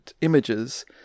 images